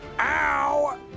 Ow